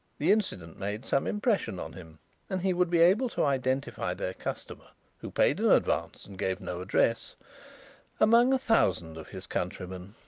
the incident made some impression on him and he would be able to identify their customer who paid in advance and gave no address among a thousand of his countrymen.